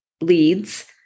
leads